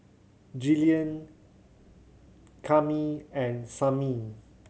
Gillian Cami and Samie